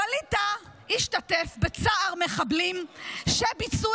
ווליד טאהא השתתף בצער מחבלים / שביצעו